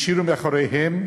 והשאירו מאחוריהם,